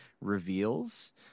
reveals